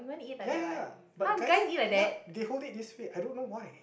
ya ya ya but guys ya they hold it this way I don't know why